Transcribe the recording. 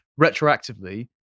retroactively